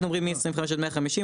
אנחנו אומרים מ- 25 עד 150,